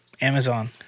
Amazon